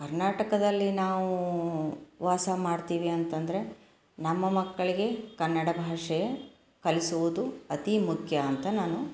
ಕರ್ನಾಟಕದಲ್ಲಿ ನಾವು ವಾಸ ಮಾಡ್ತೀವಿ ಅಂತಂದರೆ ನಮ್ಮ ಮಕ್ಕಳಿಗೆ ಕನ್ನಡ ಭಾಷೆ ಕಲಿಸುವುದು ಅತಿ ಮುಖ್ಯ ಅಂತ ನಾನು